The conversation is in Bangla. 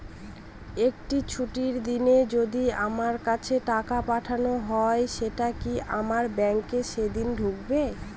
একটি ছুটির দিনে যদি আমার কাছে টাকা পাঠানো হয় সেটা কি আমার ব্যাংকে সেইদিন ঢুকবে?